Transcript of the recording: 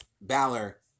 Balor